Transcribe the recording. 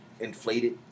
inflated